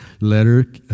Letter